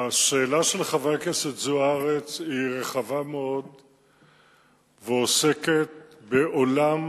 השאלה של חברת הכנסת זוארץ רחבה מאוד ועוסקת בעולם